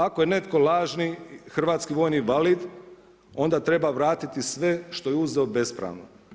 Ako je netko lažni hrvatski vojni invalid, onda treba vratiti sve što je uzeo bespravno.